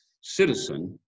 citizen